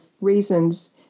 reasons